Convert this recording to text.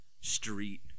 street